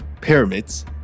Pyramids